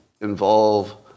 involve